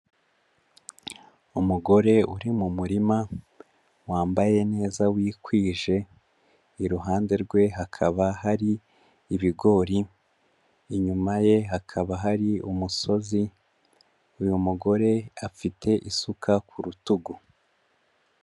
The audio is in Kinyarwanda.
Umugore uri mu murima wambaye neza wikwije, iruhande rwe hakaba hari ibigori, inyuma ye hakaba hari umusozi, uyu mugore afite isuka ku rutugu.